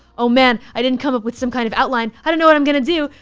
oh man, i didn't come up with some kind of outline. i don't know what i'm gonna do.